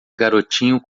garotinho